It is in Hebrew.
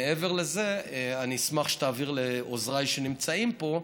מעבר לזה, אני אשמח שתעביר לעוזריי שנמצאים פה,